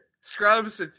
Scrubs